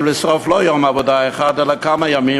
לשרוף לא יום עבודה אחד אלא כמה ימים,